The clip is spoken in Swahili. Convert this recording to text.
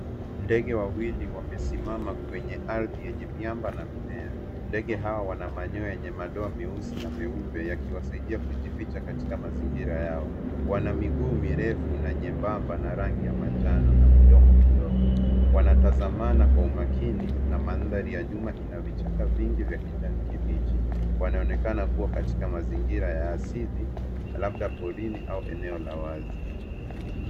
Ndege wawili wamesimama kwenye ardhi yenye miamba na mimea. Ndege hawa wana manyoya yenye madoa meusi na meupe yakiwasaidia kujificha katika mazingira yao. Wana miguu mirefu na nyembaba na rangi ya manjano na midomo midogo. Wanatazamana kwa umakini na mandhari ina vichaka vingi vya kijani kibichi. Wanaonekana kuwa katika mazingira ya asili labda porini au eneo la wazi.